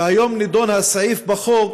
והיום נדון הסעיף בחוק